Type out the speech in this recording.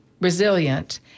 Resilient